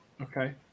Okay